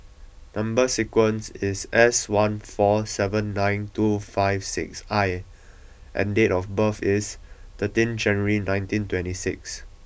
number sequence is S one four seven nine two five six I and date of birth is thirteenth January nineteen twenty six